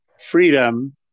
freedom